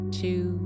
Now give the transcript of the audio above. two